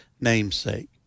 namesake